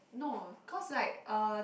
no cause like uh